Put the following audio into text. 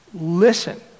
listen